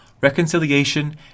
reconciliation